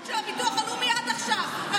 האטימות של הביטוח הלאומי עד עכשיו.